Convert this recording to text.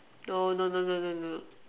no no no no no no no